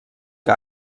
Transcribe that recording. que